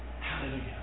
Hallelujah